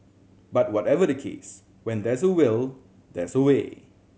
but whatever the case when there's a will there's a way